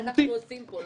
מה אנחנו עושים פה?